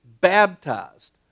baptized